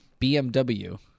BMW